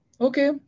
okay